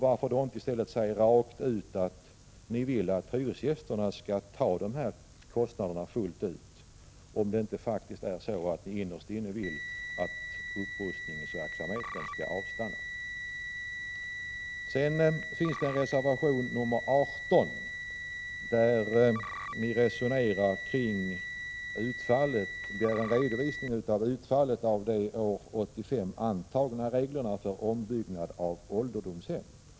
Varför då inte säga rakt ut att ni vill att hyresgästerna själva skall bära de här kostnaderna fullt ut — om ni nu inte innerst inne faktiskt vill att upprustningsverksamheten skall avstanna? Sedan till reservation nr 18, där reservanterna begär en redovisning av || utfallet av de år 1985 antagna reglerna för ombyggnad av ålderdomshem.